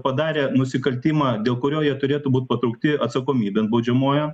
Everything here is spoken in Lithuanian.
padarė nusikaltimą dėl kurio jie turėtų būti patraukti atsakomybėn baudžiamojon